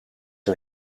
een